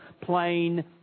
plain